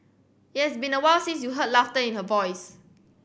it has been awhile since you heard laughter in her voice